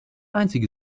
einzige